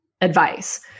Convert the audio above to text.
advice